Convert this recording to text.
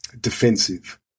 defensive